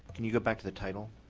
can you go back to the title?